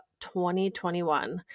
2021